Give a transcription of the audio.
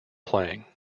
playing